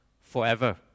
forever